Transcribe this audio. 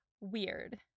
weird